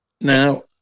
Now